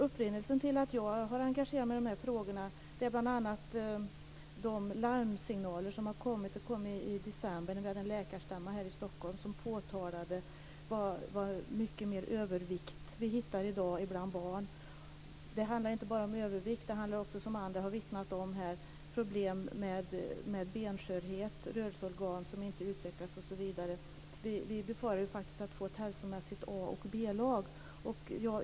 Upprinnelsen till att jag har engagerat mig i dessa frågor är bl.a. de larmsignaler som kom i december, då man vid en läkarstämma här i Stockholm påtalade hur mycket vanligare övervikt har blivit i dag bland barn. Det handlar inte bara om övervikt, utan det handlar också om, som andra har vittnat om här, problem med benskörhet, rörelseorgan som inte utvecklas osv. Vi befarar faktiskt att hälsomässigt få ett A och ett B-lag.